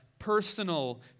Personal